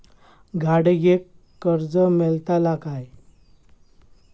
गाडयेक कर्ज मेलतला काय?